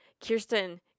Kirsten